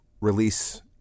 release